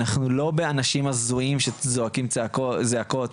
אנחנו לא באנשים הזויים שזועקים זעקות,